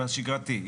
בשגרתי,